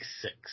six